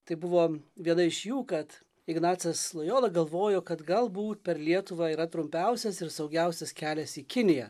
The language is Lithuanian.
tai buvo viena iš jų kad ignacas lojola galvojo kad galbūt per lietuvą yra trumpiausias ir saugiausias kelias į kiniją